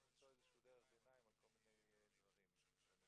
הבאים לישיבת הוועדה לפניות הציבור בעניין חולי סרטן הדם בישראל.